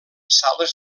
sales